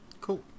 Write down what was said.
Cool